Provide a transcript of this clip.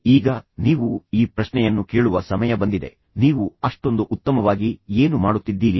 ಈಗ ನೀವು ಈ ಪ್ರಶ್ನೆಯನ್ನು ಕೇಳುವ ಸಮಯ ಬಂದಿದೆ ನೀವು ಅಷ್ಟೊಂದು ಉತ್ತಮವಾಗಿ ಏನು ಮಾಡುತ್ತಿದ್ದೀರಿ